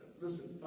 Listen